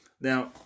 Now